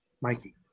Mikey